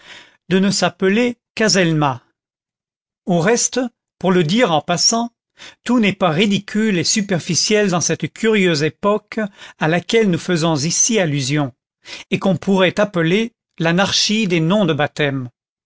de ne s'appeler qu'azelma au reste pour le dire en passant tout n'est pas ridicule et superficiel dans cette curieuse époque à laquelle nous faisons ici allusion et qu'on pourrait appeler l'anarchie des noms de baptême